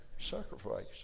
sacrifice